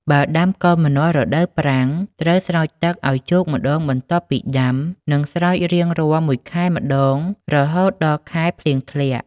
បើដាំកូនម្នាស់រដូវប្រាំង ត្រូវស្រោចទឹក ឲ្យជោគម្តងបន្ទាប់ពីដាំ និងស្រោចរៀងរាល់ ១ខែ ម្តងរហូតដល់ខែភ្លៀងធ្លាក់។